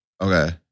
Okay